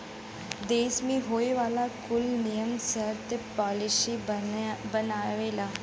देस मे होए वाला कुल नियम सर्त पॉलिसी बनावेला